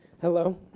Hello